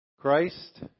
Christ